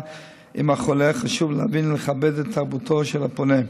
עם החולה חשוב להבין ולכבד את תרבותו של הפונה.